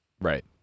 Right